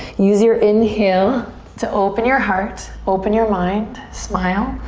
use your inhale to open your heart. open your mind. smile.